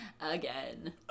Again